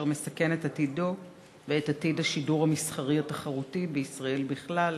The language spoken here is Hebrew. אשר מסכן את עתידו ואת עתיד השידור המסחרי התחרותי בישראל בכלל.